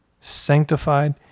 sanctified